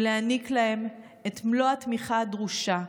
להעניק להם את מלוא התמיכה הדרושה,